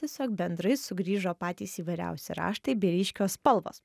tiesiog bendrai sugrįžo patys įvairiausi raštai bei ryškios spalvos